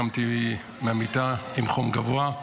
קמתי מהמיטה עם חום גבוה,